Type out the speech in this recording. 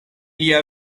lia